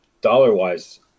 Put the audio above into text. Dollar-wise